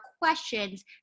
questions